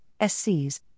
SCs